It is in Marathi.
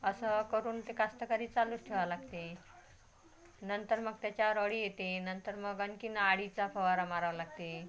असं करून ते कास्तकारी चालूच ठेवावं लागते नंतर मग त्याच्यावर अळी येते नंतर मग आणखीन अळीचा फवारा मारावा लागते